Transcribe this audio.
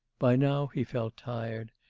by now he felt tired,